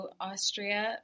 Austria